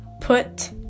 Put